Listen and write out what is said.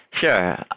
Sure